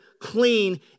clean